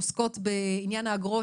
שעוסקות בעניין האגרות,